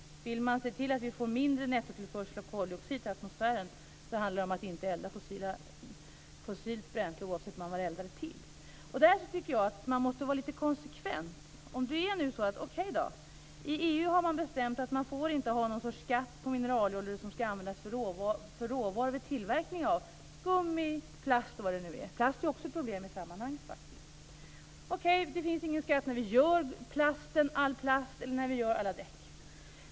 Vill man se till att det blir en mindre nettotillförsel av koldioxid till atmosfären handlar det om att inte elda fossilt bränsle, oavsett vad det så att säga eldas till. Därför tycker jag att man måste vara lite konsekvent. Okej, i EU har det bestämts att man inte får ha någon sorts skatt på mineraler som skall användas som råvara vid tillverkningen av gummi, plast osv. Plasten är faktiskt också ett problem i sammanhanget. Okej, det är ingen skatt när vi gör plast eller däck.